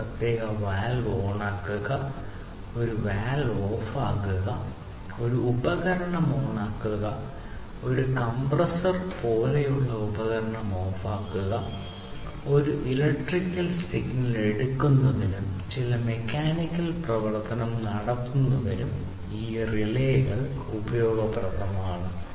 ഒരു പ്രത്യേക വാൽവ് ഓണാക്കുക ഒരു വാൽവ് ഓഫാക്കുക ഒരു ഉപകരണം ഓണാക്കുക ഒരു കംപ്രസ്സർ പോലുള്ള ഒരു ഉപകരണം ഓഫാക്കുക ഒരു ഇലക്ട്രിക് സിഗ്നൽ എടുക്കുന്നതിനും ചില മെക്കാനിക്കൽ പ്രവർത്തനം നടത്തുന്നതിനും ഈ റിലേകൾ ഉപയോഗപ്രദമാണ്